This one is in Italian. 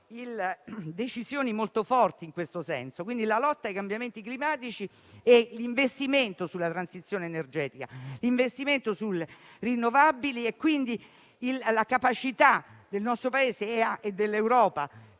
decisioni molto forti in questo senso, come la lotta ai cambiamenti climatici e l'investimento sulla transizione energetica e sulle fonti rinnovabili. La capacità del nostro Paese e dell'Europa